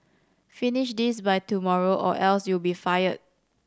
finish this by tomorrow or else you'll be fired